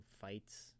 fights